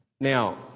Now